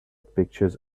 pictures